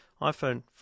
iPhone